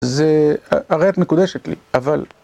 זה... הרי את מקודשת לי, אבל...